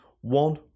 one